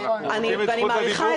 אבל אנחנו רוצים את זכות הדיבור.